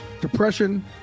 Depression